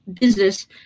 business